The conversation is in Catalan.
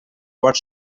pot